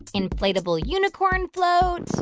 inflatable unicorn float.